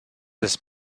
this